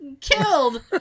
killed